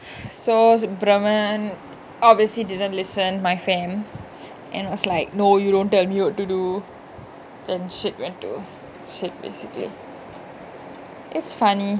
so brahma obviously didn't listen my fam and was like no you don't tell me what to do and shit went to shit basically it's funny